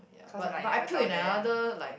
cause you like never tell them